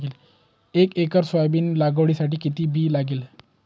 एक acre soybean लागवडीसाठी किती बी लागेल?